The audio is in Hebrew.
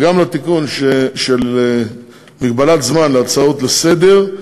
וגם לתיקון של הגבלת זמן לדיון בהצעות לסדר-היום,